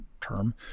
term